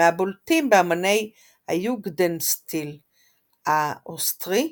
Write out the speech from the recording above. מהבולטים באמני היוגדנסטיל האוסטרי,